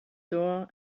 door